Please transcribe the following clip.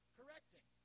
correcting